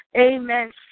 Amen